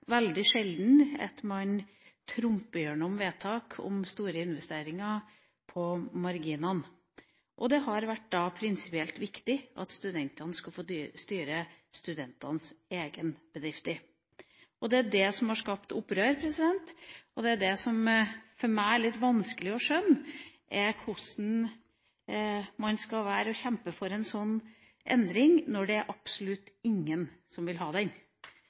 veldig sjelden at man trumfer gjennom vedtak om store investeringer på marginer. Det har vært prinsipielt viktig at studentene skulle få styre studentenes egne bedrifter, og det er det som har skapt opprør. Det som for meg er litt vanskelig å skjønne, er hvordan man skal kjempe for en slik endring når absolutt ingen vil ha den.